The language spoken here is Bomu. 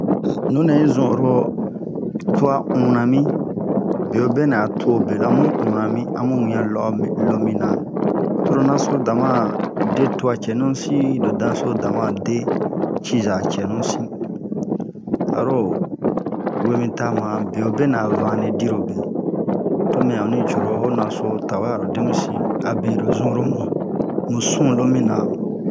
nunɛ hi zun oro tua unna mi beobenɛ a tuo be lo amu unna mi amu lo'o mi lo mina toro naso dama de tua cɛnusi lo danso dama de ciza cɛnusi aro wemi ta ma beobenɛ a vane dirobe tomɛ onni coro ho naso tawe aro demusi abe lo zun oro mu musun lo mi na